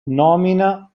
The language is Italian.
nomina